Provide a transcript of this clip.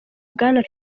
bwana